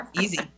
Easy